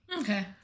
Okay